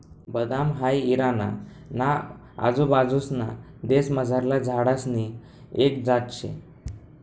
बदाम हाई इराणा ना आजूबाजूंसना देशमझारला झाडसनी एक जात शे